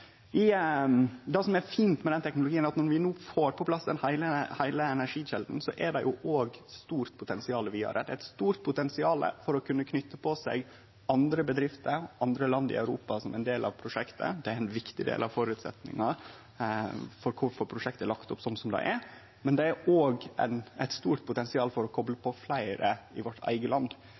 Det som er fint med denne teknologien, er at når vi no får på plass heile energikjelda, er det eit stort potensial òg vidare. Det er eit stort potensial for å kunne knyte til seg andre bedrifter og andre land i Europa som ein del av prosjektet. Det er ein viktig del av føresetnaden for kvifor prosjektet er lagt opp slik det er. Men det er òg eit stort potensial for å kople på fleire i vårt eige land.